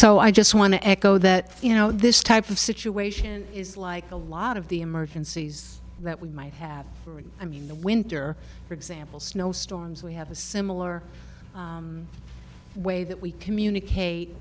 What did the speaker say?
so i just want to echo that you know this type of situation is like a lot of the emergencies that we might have for him i mean in the winter for example snow storms we have a similar way that we communicate